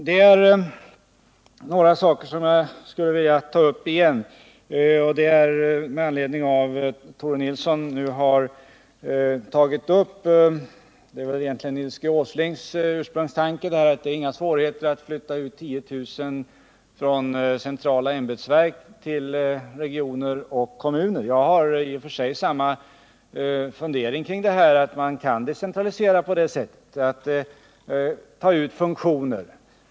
Det är några saker som jag skulle vilja ta upp igen med anledning av att Tore Nilsson nu har berört något som egentligen var Nils G. Åslings ursprungliga tanke, nämligen att det inte är några svårigheter att flytta ut 10 000 personer från centrala ämbetsverk till regioner och kommuner. Jag har i och för sig samma funderingar kring detta — man kan decentralisera på det sättet genom att ta ut funktioner.